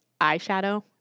eyeshadow